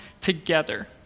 together